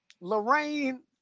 Lorraine